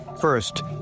First